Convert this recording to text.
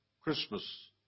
Christmas